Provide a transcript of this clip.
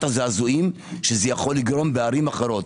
הזעזועים שיכול לגרום בערים אחרות.